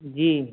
जी